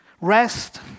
Rest